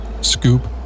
scoop